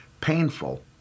painful